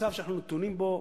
במצב שאנחנו נתונים בו,